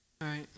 Right